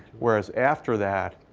whereas after that,